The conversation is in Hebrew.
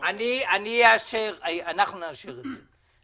אנחנו נאשר את זה.